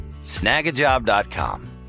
Snagajob.com